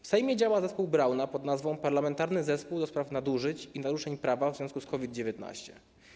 W Sejmie działa zespół Brauna pod nazwą Parlamentarny Zespół ds. Nadużyć i Naruszeń Prawa w związku z COVID-19.